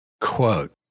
Quote